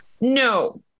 No